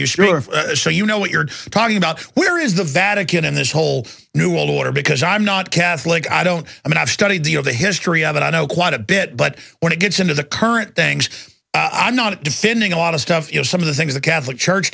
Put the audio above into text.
your show you know what you're talking about where is the vatican in this whole new world order because i'm not catholic i don't i mean i've studied you know the history of it i know quite a bit but when it gets into the current things i'm not defending a lot of stuff you know some of the things the catholic church